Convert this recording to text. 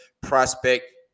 prospect